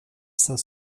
cinq